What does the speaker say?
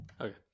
Okay